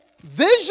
Vision